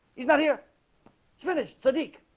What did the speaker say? he's not here finished siddiq